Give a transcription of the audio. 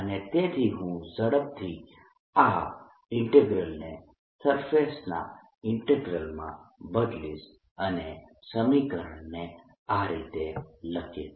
અને તેથી હું ઝડપથી આ ઈન્ટીગ્રલને સરફેસના ઈન્ટીગ્રલમાં બદલીશ અને સમીકરણને આ રીતે લખીશ